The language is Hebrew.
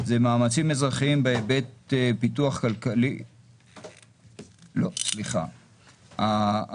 זה מאמצים אזרחיים בהיבט פיתוח כלכלי, סליחה, לא.